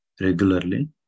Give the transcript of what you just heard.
regularly